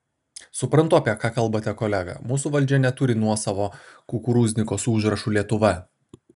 suprantu apie ką kalbate kolega mūsų valdžia neturi nuosavo kukurūzniko su užrašu lietuva